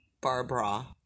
Barbara